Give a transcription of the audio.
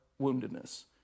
woundedness